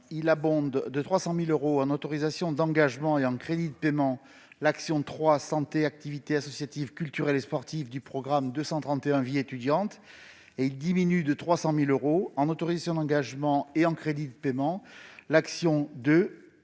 à abonder de 300 000 euros en autorisations d'engagement et en crédits de paiement l'action n° 03, Santé des étudiants et activités associatives, culturelles et sportives, du programme 231, « Vie étudiante », tend à diminuer de 300 000 euros, en autorisations d'engagement et en crédits de paiement, l'action n°